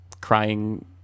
crying